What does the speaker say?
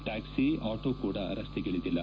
taxi auto ಕೂಡ ರಸ್ತೆಗಿಳಿದಿಲ್ಲ